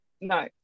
no